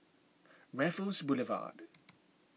Raffles Boulevard